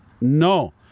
no